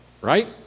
Right